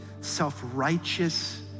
self-righteous